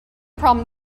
problem